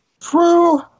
True